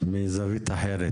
מזווית אחרת.